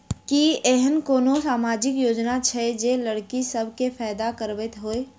की एहेन कोनो सामाजिक योजना छै जे लड़की सब केँ फैदा कराबैत होइ?